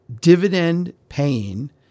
dividend-paying